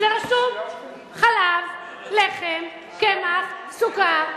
וזה רשום: חלב, לחם, קמח, סוכר.